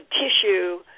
tissue